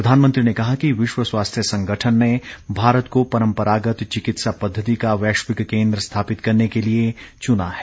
प्रधानमंत्री ने कहा कि विश्व स्वास्थ्य संगठन ने भारत को परंपरागत चिकित्सा पद्धति का वैश्विक केंद्र स्थापित करने के लिए चुना है